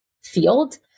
field